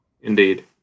Indeed